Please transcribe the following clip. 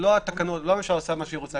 הממשלה לא עושה מה שהיא רוצה.